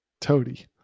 Toady